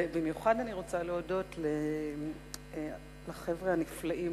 ובמיוחד אני רוצה להודות לחבר'ה הנפלאים